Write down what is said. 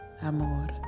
amor